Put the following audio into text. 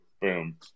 boom